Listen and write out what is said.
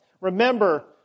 Remember